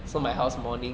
orh